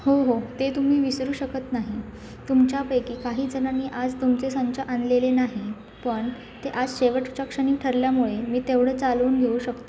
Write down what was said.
हो हो ते तुम्ही विसरू शकत नाही तुमच्यापैकी काहीजणांनी आज तुमचे संच आणलेले नाही पण ते आज शेवटच्या क्षणी ठरल्यामुळे मी तेवढं चालवून घेऊ शकते